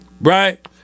right